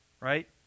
right